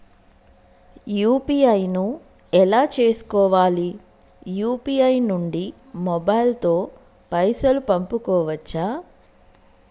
UPI ను ఎలా చేస్కోవాలి యూ.పీ.ఐ నుండి మొబైల్ తో పైసల్ పంపుకోవచ్చా?